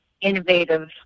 innovative